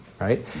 right